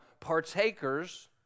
partakers